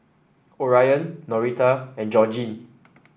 Orion Norita and Georgine